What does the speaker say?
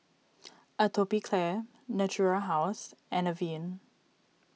Atopiclair Natura House and Avene